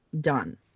done